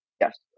Yes